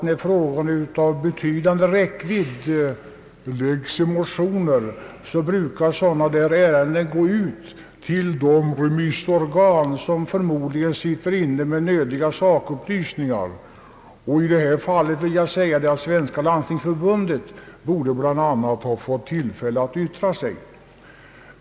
När frågor av betydande räckvidd tas upp i motioner brukar dessa i allmänhet gå ut till remissorgan som sitter inne med nödvändiga sakupplysningar. I detta fall borde bl.a. Svenska landstingsförbundet ha fått tillfälle att yttra sig.